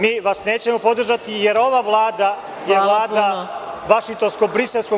Mi vas nećemo podržati, jer ova Vlada je vlada vašingtonsko-briselskog…